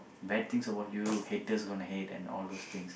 bad things about you haters gonna hate and all those thing